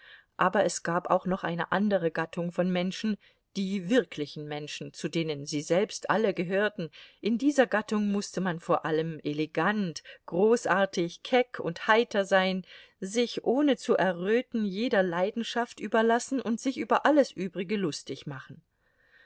aber es gab auch noch eine andere gattung von menschen die wirklichen menschen zu denen sie selbst alle gehörten in dieser gattung mußte man vor allem elegant großartig keck und heiter sein sich ohne zu erröten jeder leidenschaft überlassen und sich über alles übrige lustig machen